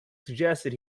suggested